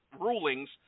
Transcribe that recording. rulings